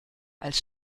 als